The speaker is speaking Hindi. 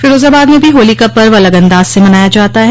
फिरोजाबाद में भी होली का पर्व अलग अंदाज से मनाया जाता है